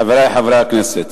חברי חברי הכנסת,